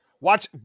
Watch